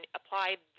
applied